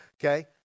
Okay